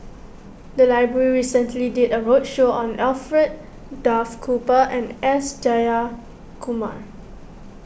the library recently did a roadshow on Alfred Duff Cooper and S Jayakumar